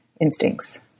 instincts